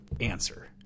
answer